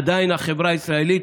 עדיין החברה הישראלית,